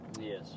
Yes